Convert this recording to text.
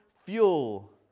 fuel